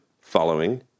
following